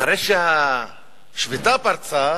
אחרי שהשביתה פרצה,